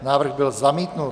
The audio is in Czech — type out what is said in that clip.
Návrh byl zamítnut.